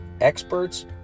Experts